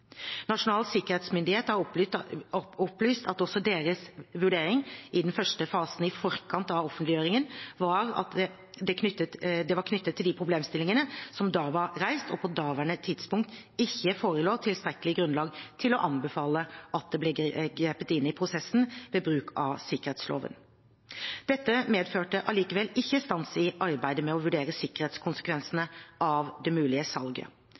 Nasjonal sikkerhetsmyndighet har opplyst at også deres vurdering i den første fasen, i forkant av offentliggjøringen, var at det knyttet til de problemstillingene som da var reist, og på daværende tidspunkt, ikke forelå tilstrekkelig grunnlag til å anbefale at det ble grepet inn i prosessen ved bruk av sikkerhetsloven. Dette medførte allikevel ikke stans i arbeidet med å vurdere sikkerhetskonsekvensene av det mulige salget.